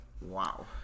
Wow